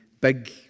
big